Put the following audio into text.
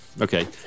Okay